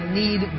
need